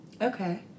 Okay